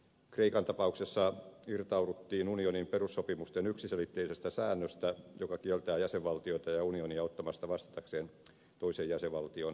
kreikan tapauksessa irtauduttiin unionin perussopimusten yksiselitteisestä säännöstä joka kieltää jäsenvaltiota ja unionia ottamasta vastatakseen toisen jäsenvaltion sitoumuksia